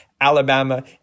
Alabama